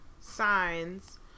signs